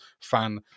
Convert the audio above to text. fan